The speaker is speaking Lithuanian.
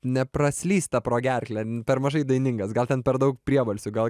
nepraslysta pro gerklę per mažai dainingas gal ten per daug priebalsių gal